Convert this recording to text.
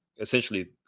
essentially